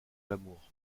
l’amour